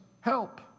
help